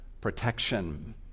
protection